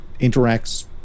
interacts